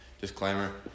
disclaimer